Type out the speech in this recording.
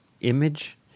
image